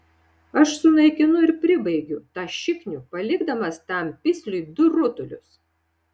aš sunaikinu ir pribaigiu tą šiknių palikdamas tam pisliui du rutulius